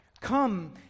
Come